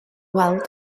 weld